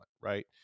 right